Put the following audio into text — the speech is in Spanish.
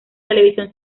televisión